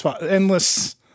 endless